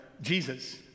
Jesus